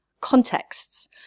contexts